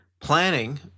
planning